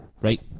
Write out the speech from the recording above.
Right